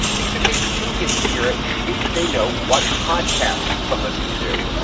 except they do get to hear it if they know what podcasts to listen to.